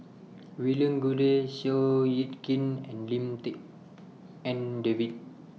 William Goode Seow Yit Kin and Lim Tik En David